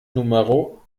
numero